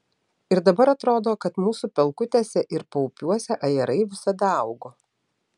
ir dabar atrodo kad mūsų pelkutėse ir paupiuose ajerai visada augo